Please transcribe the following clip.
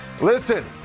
listen